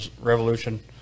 revolution